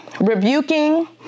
rebuking